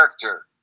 character